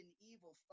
evil